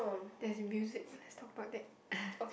there is music let's talk about that